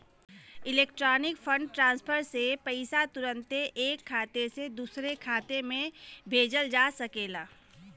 electronic fund transfer से पईसा तुरन्ते ऐक खाते से दुसरे खाते में भेजल जा सकेला